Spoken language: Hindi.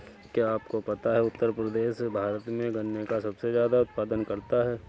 क्या आपको पता है उत्तर प्रदेश भारत में गन्ने का सबसे ज़्यादा उत्पादन करता है?